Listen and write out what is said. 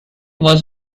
was